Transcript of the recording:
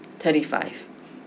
thirty-five